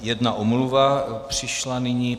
Jedna omluva přišla nyní.